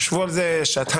שבו על זה שעתיים.